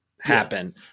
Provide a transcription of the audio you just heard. happen